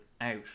out